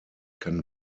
kann